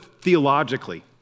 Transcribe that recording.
theologically